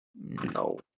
no